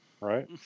right